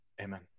Amen